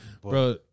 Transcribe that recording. Bro